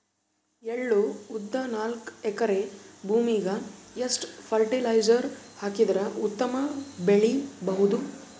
ಎಳ್ಳು, ಉದ್ದ ನಾಲ್ಕಎಕರೆ ಭೂಮಿಗ ಎಷ್ಟ ಫರಟಿಲೈಜರ ಹಾಕಿದರ ಉತ್ತಮ ಬೆಳಿ ಬಹುದು?